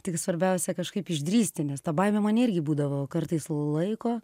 tik svarbiausia kažkaip išdrįsti nes ta baimė mane irgi būdavo kartais laiko